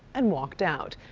and walked out.